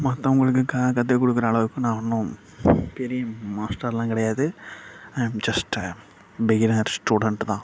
மற்றவங்களுக்கு கா கத்துக்கொடுக்கற அளவுக்கு நான் ஒன்றும் பெரிய மாஸ்டர்லாம் கிடையாது I'm just a beginner student தான்